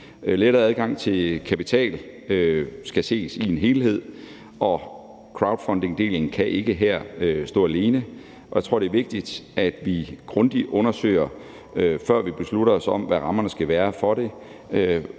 Lettere adgang til kapital skal ses i en helhed, og crowdfundingdelen kan ikke stå alene her. Jeg tror, det er vigtigt, at vi, før vi beslutter os for, hvad rammerne for det